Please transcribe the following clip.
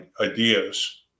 ideas